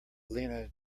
lenna